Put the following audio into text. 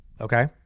okay